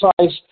size